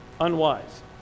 Unwise